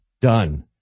Done